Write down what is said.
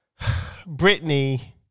Britney